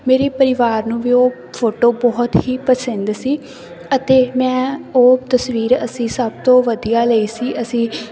ਮੇਰੀ ਪਰਿਵਾਰ ਨੂੰ ਵੀ ਉਹ ਫੋਟੋ ਬਹੁਤ ਹੀ ਪਸੰਦ ਸੀ ਅਤੇ ਮੈਂ ਉਹ ਤਸਵੀਰ ਅਸੀਂ ਸਭ ਤੋਂ ਵਧੀਆ ਲਈ ਸੀ ਅਸੀਂ